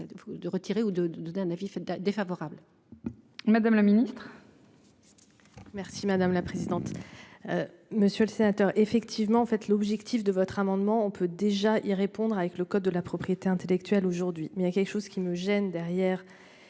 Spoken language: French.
de retirer ou de donner un avis, enfin ta défavorable. Madame la ministre. Merci madame la présidente. Monsieur le sénateur effectivement en fait l'objectif de votre amendement. On peut déjà y répondre avec le code de la propriété intellectuelle aujourd'hui mais il y a quelque chose qui me gêne derrière.